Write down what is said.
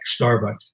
Starbucks